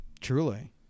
Truly